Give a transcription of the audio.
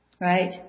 Right